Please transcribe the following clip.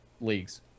leagues